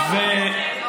זה בסדר.